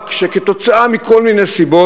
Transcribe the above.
רק שכתוצאה מכל מיני סיבות,